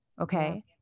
okay